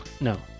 No